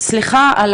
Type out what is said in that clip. סליחה על